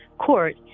court